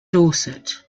dorset